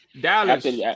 Dallas